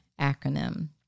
acronym